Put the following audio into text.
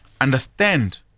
Understand